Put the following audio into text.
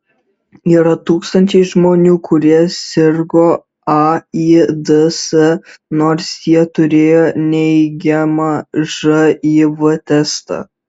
yra tūkstančiai žmonių kurie sirgo aids nors jie turėjo neigiamą živ testą